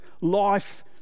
Life